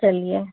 चलिए